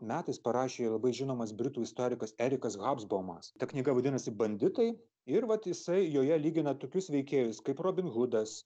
metais parašė labai žinomas britų istorikas erikas habsbomas ta knyga vadinasi banditai ir vat jisai joje lygina tokius veikėjus kaip robin hudas